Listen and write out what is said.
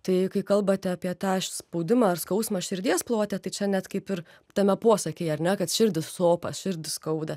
tai kai kalbate apie tą spaudimą ar skausmą širdies plote tai čia net kaip ir tame posakyje ar ne kad širdį sopa širdį skauda